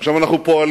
עכשיו, אנחנו פועלים,